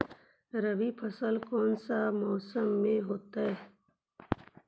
रवि फसल कौन सा मौसम में होते हैं?